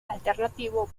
alternativo